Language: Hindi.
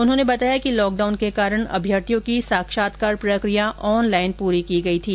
उन्होंने बताया कि लॉक डाउन के कारण अभ्यर्थियों की साक्षात्कार प्रकिया ऑन लाईन पूरी की गई थी